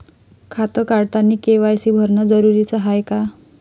खातं काढतानी के.वाय.सी भरनं जरुरीच हाय का?